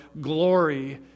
glory